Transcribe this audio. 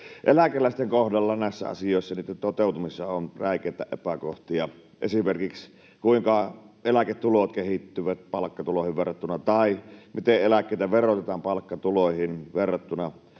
Eläkeläisten kohdalla näissä asioissa ja niitten toteutumisessa on räikeitä epäkohtia, esimerkiksi siinä, kuinka eläketulot kehittyvät palkkatuloihin verrattuna tai miten eläkkeitä verotetaan palkkatuloihin verrattuna.